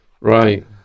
Right